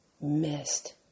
missed